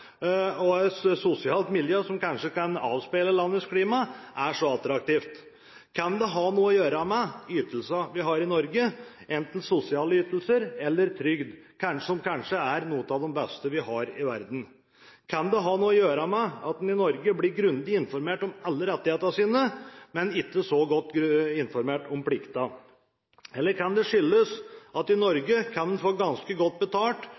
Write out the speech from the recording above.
og et sosialt miljø som kanskje kan avspeile landets klima – er så attraktivt. Kan det ha noe å gjøre med ytelser vi har i Norge, enten sosiale ytelser eller trygd, som kanskje er blant de beste i verden? Kan det ha noe å gjøre med at en i Norge blir grundig informert om alle rettighetene sine, men ikke så godt informert om pliktene? Eller kan det skyldes at i Norge kan en få ganske godt betalt